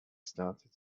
started